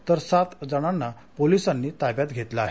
तर सात जणांना पोलिसांनी ताब्यात घेतले आहे